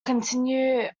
continue